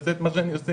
עושה את מה שאני עושה,